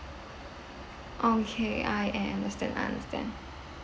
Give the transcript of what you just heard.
okay I I understand I understand